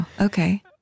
Okay